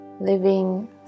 Living